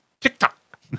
TikTok